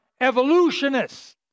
evolutionists